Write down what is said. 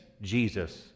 Jesus